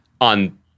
on